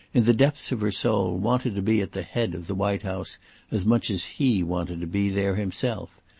in the depths of her soul, wanted to be at the head of the white house as much as he wanted to be there himself,